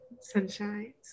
Sunshine